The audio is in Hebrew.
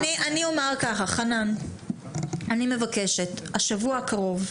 אני אומר ככה, חנן, אני מבקשת בשבוע הקרוב,